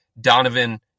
Donovan